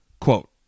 Quote